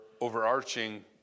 overarching